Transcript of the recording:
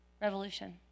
revolution